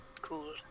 Cool